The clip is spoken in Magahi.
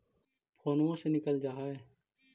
फोनवो से निकल जा है?